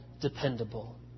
dependable